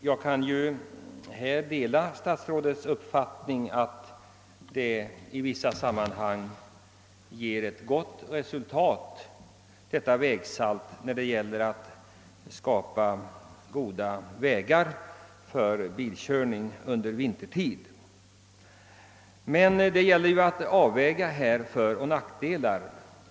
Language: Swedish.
Jag kan dela statsrådets uppfattning att vägsaltet i vissa sammanhang ger gott resultat när det gäller att skapa goda vägförhållanden för bilkörning vintertid. Det gäller dock att avväga föroch nackdelar.